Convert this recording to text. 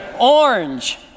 Orange